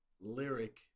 lyric